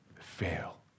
fail